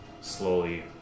slowly